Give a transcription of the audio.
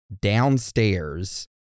downstairs